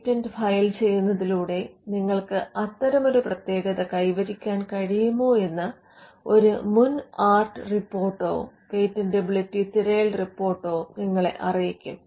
patent file ചെയ്യുന്നതിലൂടെ നിങ്ങൾക്ക് അത്തരമൊരു പ്രത്യേകത കൈവരിക്കാൻ കഴിയുമോ എന്ന് ഒരു മുൻ ആർട്ട് റിപ്പോർട്ടോ പേറ്റന്റബിലിറ്റി തിരയൽ റിപ്പോർട്ടോ നിങ്ങളെ അറിയിക്കും